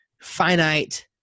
finite